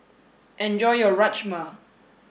enjoy your Rajma